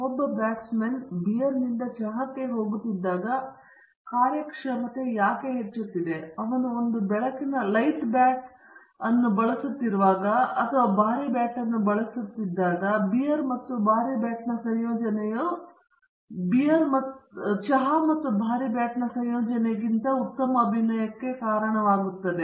ಒಬ್ಬ ಬ್ಯಾಟ್ಸ್ಮನ್ ಬಿಯರ್ನಿಂದ ಚಹಾಕ್ಕೆ ಹೋಗುತ್ತಿದ್ದಾಗ ಕಾರ್ಯಕ್ಷಮತೆ ಹೆಚ್ಚುತ್ತಿದೆ ಅವನು ಒಂದು ಬೆಳಕಿನ ಬ್ಯಾಟ್ ಅನ್ನು ಬಳಸುತ್ತಿರುವಾಗ ಆದರೆ ಅವರು ಭಾರೀ ಬ್ಯಾಟ್ ಅನ್ನು ಬಳಸುತ್ತಿದ್ದಾಗ ಬಿಯರ್ ಮತ್ತು ಭಾರೀ ಬ್ಯಾಟ್ನ ಸಂಯೋಜನೆಯು ಭಾರೀ ಬ್ಯಾಟ್ ಮತ್ತು ಚಹಾ ಸರಿಗಳ ಸಂಯೋಜನೆಯಿಂದ ಉತ್ತಮ ಅಭಿನಯಕ್ಕೆ ಕಾರಣವಾಗುತ್ತದೆ